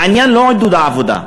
העניין הוא לא עידוד העבודה,